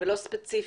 ולא ספציפית,